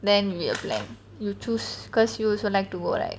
then we will plan you choose cause you also like to go right